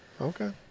Okay